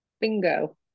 Bingo